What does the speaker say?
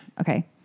Okay